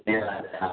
एवं